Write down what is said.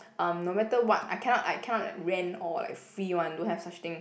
um no matter what I cannot I cannot like rent or like free one don't have such thing